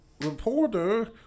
reporter